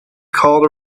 called